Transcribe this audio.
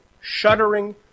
Shuddering